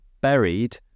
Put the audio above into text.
buried